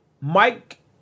Mike